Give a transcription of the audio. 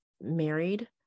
married